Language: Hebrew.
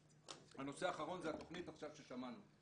הנושא האחרון זה התכנית ששמענו עכשיו.